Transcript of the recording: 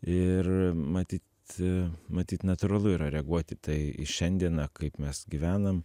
ir matyt matyt natūralu yra reaguot į tai į šiandieną kaip mes gyvenam